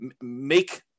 make